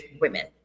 women